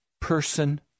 person